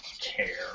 care